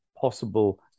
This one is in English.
possible